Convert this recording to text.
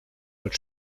als